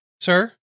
sir